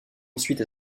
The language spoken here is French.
ensuite